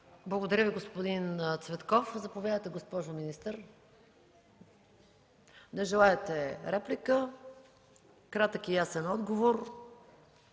Благодаря Ви, господин Цветков. Заповядайте за реплика, госпожо министър. Не желаете реплика – кратък и ясен отговор,